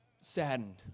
saddened